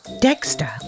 Dexter